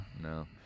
no